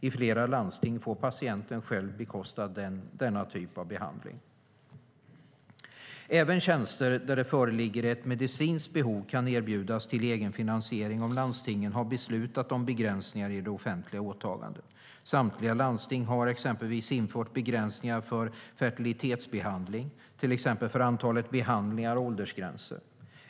I flera landsting får patienten själv bekosta denna typ av behandling. Även tjänster där det föreligger ett medicinskt behov kan erbjudas till egenfinansiering om landstingen har beslutat om begränsningar i det offentliga åtagandet. Samtliga landsting har exempelvis infört begränsningar för fertilitetsbehandling, till exempel åldersgränser och en gräns för antalet behandlingar.